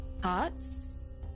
parts